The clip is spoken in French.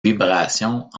vibrations